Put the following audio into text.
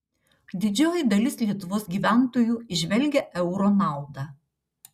didžioji dalis lietuvos gyventojų įžvelgia euro naudą